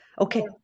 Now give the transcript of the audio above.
Okay